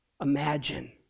Imagine